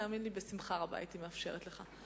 תאמין לי שבשמחה רבה הייתי מאפשרת לך.